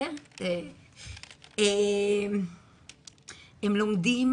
הם לומדים